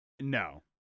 No